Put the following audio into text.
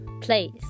place